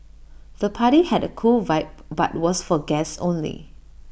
the party had A cool vibe but was for guests only